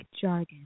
jargon